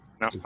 No